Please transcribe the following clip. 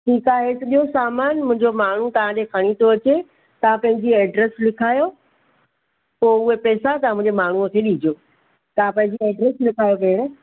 ठीकु आहे हीअ सॼो सामान मुंहिंजो माण्हू तव्हांजे खणी थो अचे तव्हां पंहिंजी ऐड्रेस लिखायो पोइ उहे पेसा तव्हां मुंहिंजे माण्हूअ खे ॾिजो तव्हां पंहिंजी ऐड्रेस लिखायो भेण